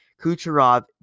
Kucherov